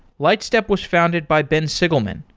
lightstep was founded by ben sigleman,